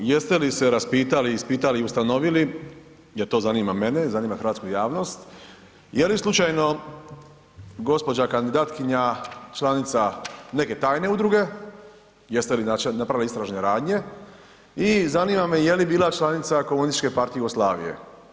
Jeste li se raspitali, ispitali i ustanovili jer to zanima mene, zanima hrvatsku javnost, je li slučajno gđa. kandidatkinja članica neke tajne udruge, jeste li napravili istražne radnje i zanima me je li bila članica Komunističke partije Jugoslavije?